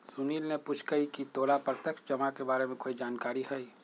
सुनील ने पूछकई की तोरा प्रत्यक्ष जमा के बारे में कोई जानकारी हई